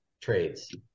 trades